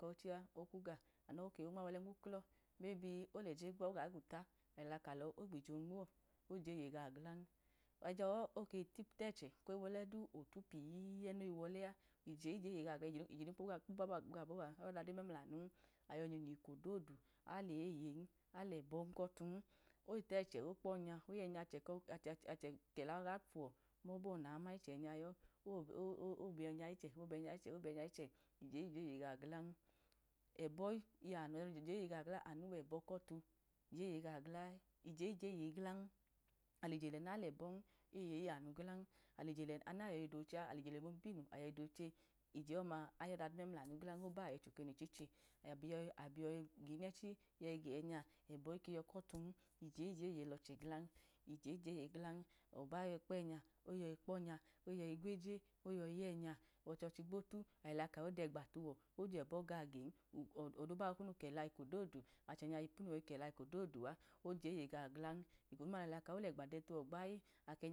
Okwu gaọ amu no nmayi wọlẹ nmuklọ mebi oleje gwa oga gwuta alẹla kalọ ogbije nmuwo̱ oje eye gaọ glan, ajan oyi tẹchẹ koyi wọlẹ du otu pii noyi wọlẹ a ije no kpoba gaọ ba ayọda dodu mlanun ayi nyinyi eko dodu aleyeyin, alẹbọ kọ tun, oyi tẹchẹ okpọnya oyẹ nya achẹ achẹ kela oga kwọ mọbọ nama ichẹ nya yọ obiyẹ nya ichẹ obinyẹ nya ichẹ ije eye gaọ glan, ebọ ye eye gaọ ẹbọ kipu ọte ije eye gaọ glaa, ije ije eye gaọ glan, ẹbọ no je eye gaọ gla anu wẹbọ kipu otẹ ije ye eye glan alije lẹ nalẹbọn eye iyanu glan, alije lẹ anu na yọyi dooche a alije lẹ omomu ipu inu oyi doochẹ ije ọma ayọda du mlanu glan oba ayoyi choke nu ichiche. Abi yọyi gunẹchi abi yọyi genya ẹbọ ike yọ kọtun, ije ije eye loche glan, ije ije eye glan, ije ije eye glan, ọba yọyi kpẹ nya ọyọyi kpọnya oyọyi gweje. Oyoyi yẹ nya, ọchọchi gbote alẹka odegba tuwọ, ojẹbọ gaọ gẹn odobahọ yọyo kẹla eko dodu, achẹnya yipu nu yọyi kẹla eko dodu a, oje eye gaọ glan, eko duma na lẹla ka olegba dẹtuwọ gbayi.